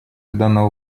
данного